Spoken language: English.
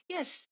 Yes